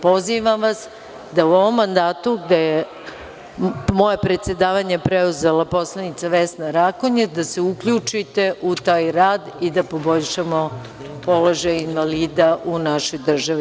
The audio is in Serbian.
Pozivam vas da u ovom mandatu, gde je moje predsedavanje preuzela poslanica Vesna Rakonjac, da se uključite u taj rad i da poboljšamo položaj invalida u našoj državi.